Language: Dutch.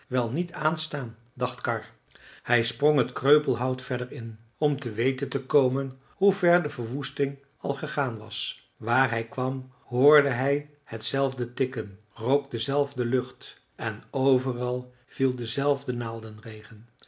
wel niet aanstaan dacht karr hij sprong het kreupelhout verder in om te weten te komen hoe ver de verwoesting al gegaan was waar hij kwam hoorde hij hetzelfde tikken rook dezelfde lucht en overal viel dezelfde